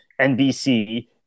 NBC